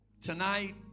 Tonight